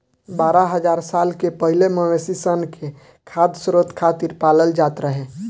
बारह हज़ार साल पहिले मवेशी सन के खाद्य स्रोत खातिर पालल जात रहे